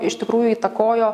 iš tikrųjų įtakojo